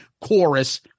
chorus